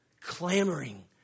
clamoring